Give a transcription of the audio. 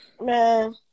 Man